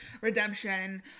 redemption